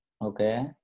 Okay